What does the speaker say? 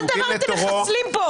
כל דבר אתם מחסלים כאן.